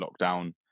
lockdown